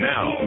Now